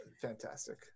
fantastic